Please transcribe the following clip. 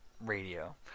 radio